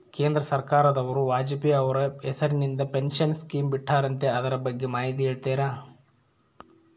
ಕೇಂದ್ರ ಸರ್ಕಾರದವರು ವಾಜಪೇಯಿ ಅವರ ಹೆಸರಿಂದ ಪೆನ್ಶನ್ ಸ್ಕೇಮ್ ಬಿಟ್ಟಾರಂತೆ ಅದರ ಬಗ್ಗೆ ಮಾಹಿತಿ ಹೇಳ್ತೇರಾ?